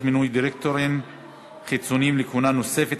מינוי דירקטורים חיצוניים לכהונה נוספת),